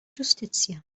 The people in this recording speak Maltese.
ġustizzja